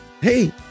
Hey